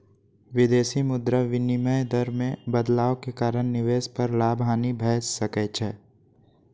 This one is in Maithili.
विदेशी मुद्रा विनिमय दर मे बदलाव के कारण निवेश पर लाभ, हानि भए सकै छै